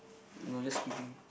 no just kidding